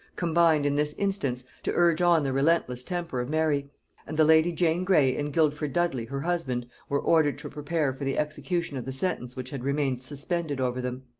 combined in this instance to urge on the relentless temper of mary and the lady jane grey and guildford dudley her husband were ordered to prepare for the execution of the sentence which had remained suspended over them.